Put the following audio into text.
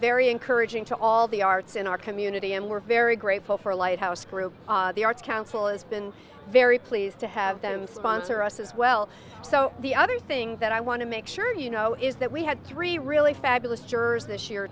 very encouraging to all the arts in our community and we're very grateful for lighthouse group the arts council it's been very pleased to have them sponsor us as well so the other thing that i want to make sure you know is that we had three really fabulous jurors this year